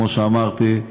כמו שאמרתי,